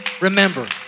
remember